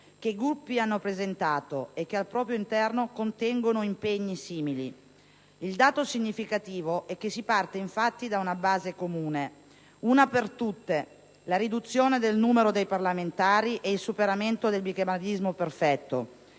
che i Gruppi hanno presentato, e che al proprio interno contengono impegni simili. Il dato significativo è che si parte, infatti, da una base comune. Una per tutte: la riduzione del numero dei parlamentari e il superamento del bicameralismo perfetto,